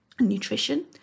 nutrition